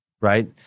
right